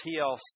TLC